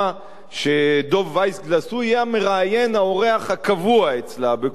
שדב וייסגלס יהיה המראיין האורח הקבוע אצלה.